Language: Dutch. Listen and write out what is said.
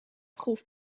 groef